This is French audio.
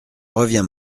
reviens